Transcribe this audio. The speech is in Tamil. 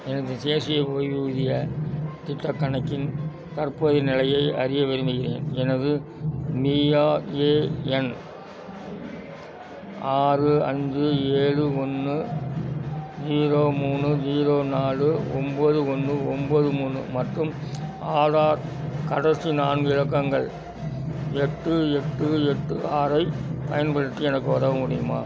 எனது தேசிய ஓய்வூதிய திட்டக் கணக்கின் தற்போதைய நிலையை அறிய விரும்புகிறேன் எனது பிஆர்ஏஎன் ஆறு அஞ்சு ஏழு ஒன்று ஜீரோ மூணு ஜீரோ நாலு ஒம்போது ஒன்று ஒம்போது மூணு மற்றும் ஆதார் கடைசி நான்கு இலக்கங்கள் எட்டு எட்டு எட்டு ஆறு ஐப் பயன்படுத்தி எனக்கு உதவ முடியுமா